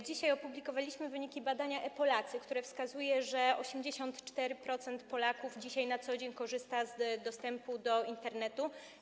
Dzisiaj opublikowaliśmy wyniki badania „E-Polacy”, które wskazują, że 84% Polaków na co dzień korzysta z dostępu do Internetu.